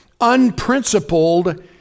unprincipled